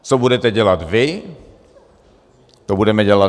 Co budete dělat vy, to budeme dělat my.